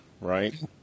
Right